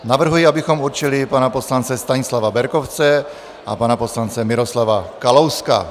Navrhuji, abychom určili pana poslance Stanislava Berkovce a pana poslance Miroslava Kalouska.